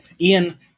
Ian